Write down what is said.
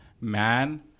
man